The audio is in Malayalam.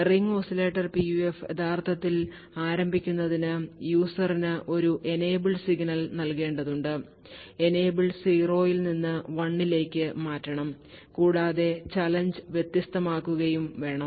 റിംഗ് ഓസിലേറ്റർ PUF യഥാർത്ഥത്തിൽ ആരംഭിക്കുന്നതിന് user ന് ഒരു Enable സിഗ്നൽ നൽകേണ്ടതുണ്ട് Enable 0 ൽ നിന്ന് 1 ലേക്ക് മാറ്റണം കൂടാതെ challenge വ്യക്തമാക്കുകയും വേണം